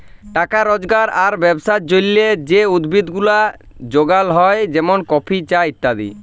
টাকা রজগার আর ব্যবসার জলহে যে উদ্ভিদ গুলা যগাল হ্যয় যেমন কফি, চা ইত্যাদি